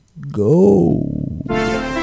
go